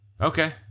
okay